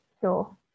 sure